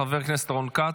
חבר הכנסת רון כץ,